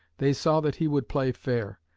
they saw that he would play fair.